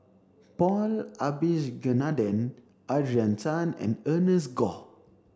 Paul Abisheganaden Adrian Tan and Ernest Goh